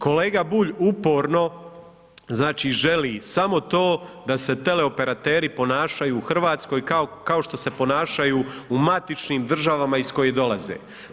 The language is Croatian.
Kolega Bulj uporno, znači želi samo to da se teleoperateri ponašaju u Hrvatskoj kao što se ponašaju u matičnim državama iz kojih dolaze.